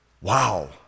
wow